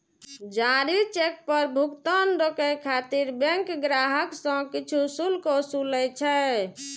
जारी चेक पर भुगतान रोकै खातिर बैंक ग्राहक सं किछु शुल्क ओसूलै छै